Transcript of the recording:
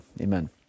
Amen